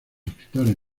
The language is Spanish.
escritores